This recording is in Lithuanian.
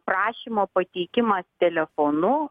prašymo pateikimas telefonu